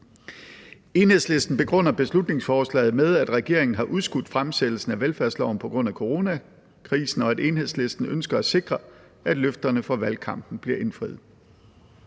Enhedslisten begrunder beslutningsforslaget med, at regeringen har udskudt fremsættelsen af velfærdsloven på grund af coronakrisen, og at Enhedslisten ønsker at sikre, at løfterne fra valgkampen bliver indfriet.